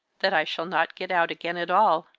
that i shall not get out again at all,